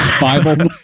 bible